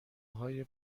های